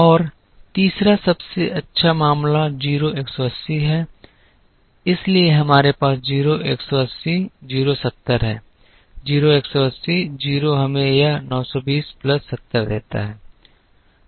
और तीसरा सबसे अच्छा मामला 0 180 है इसलिए हमारे पास 0 180 0 70 है 0 180 0 हमें यह 920 प्लस 70 देता है